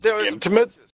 Intimate